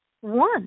one